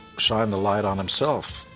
shine the light on himself.